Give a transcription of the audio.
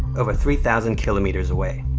over three thousand kilometers away,